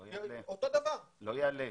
זה לא יעלה.